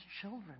children